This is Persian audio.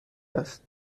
است